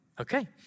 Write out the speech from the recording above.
okay